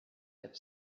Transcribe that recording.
had